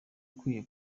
ukwiye